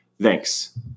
Thanks